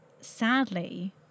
sadly